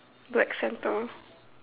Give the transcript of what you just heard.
black centre